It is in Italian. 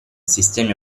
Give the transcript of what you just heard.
sistemi